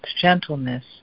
gentleness